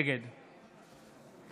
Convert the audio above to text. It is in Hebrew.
נגד